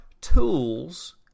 tools